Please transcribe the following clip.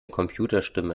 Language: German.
computerstimme